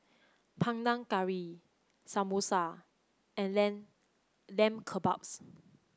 Panang Curry Samosa and Lam Lamb Kebabs